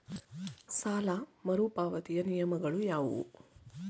ಸಾಲ ಮರುಪಾವತಿಯ ನಿಯಮಗಳು ಯಾವುವು?